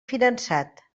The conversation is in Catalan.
finançat